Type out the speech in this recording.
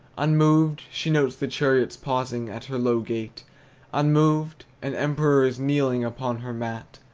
unmoved, she notes the chariot's pausing at her low gate unmoved, an emperor is kneeling upon her mat.